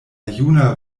juna